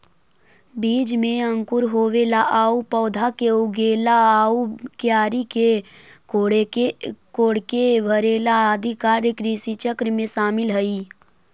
बीज में अंकुर होवेला आउ पौधा के उगेला आउ क्यारी के कोड़के भरेला आदि कार्य कृषिचक्र में शामिल हइ